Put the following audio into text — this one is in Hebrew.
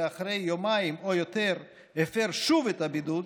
ואחרי יומיים או יותר הוא הפר שוב את הבידוד,